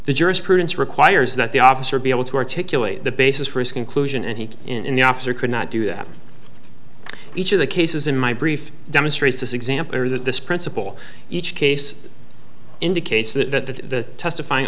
the jurisprudence requires that the officer be able to articulate the basis for his conclusion and he in the officer could not do that each of the cases in my brief demonstrates this example or that this principle each case indicates that the testifying